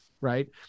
Right